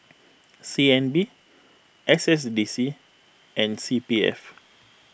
C N B S S D C and C B F